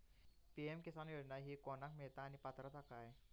PM Kisan योजना ही कोणाक मिळता आणि पात्रता काय?